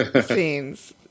scenes